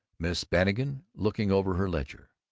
miss bannigan looking over her ledger,